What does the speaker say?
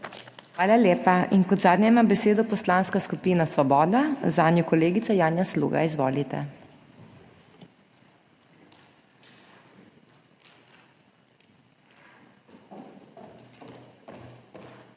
Hvala lepa. Kot zadnja ima besedo Poslanska skupina Svoboda, zanjo kolegica Janja Sluga. Izvolite. **JANJA